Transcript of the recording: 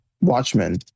Watchmen